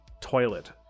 toilet